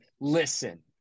listen